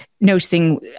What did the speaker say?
noticing